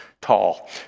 tall